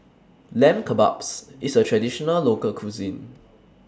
Lamb Kebabs IS A Traditional Local Cuisine